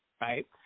right